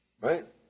right